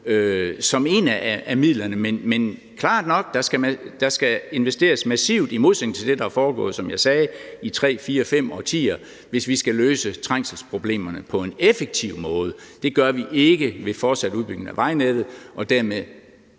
som et af midlerne. Men det er klart nok, at der skal investeres massivt i modsætning til det, der er foregået, som jeg sagde, i 3, 4, 5 årtier, hvis vi skal løse trængselsproblemerne på en effektiv måde. Det gør vi ikke ved en fortsat udbygning af vejnettet, for derved